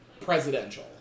presidential